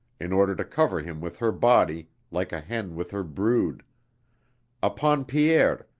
in order to cover him with her body like a hen with her brood upon pierre,